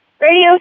radio